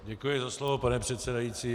Děkuji za slovo, pane předsedající.